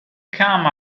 come